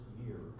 year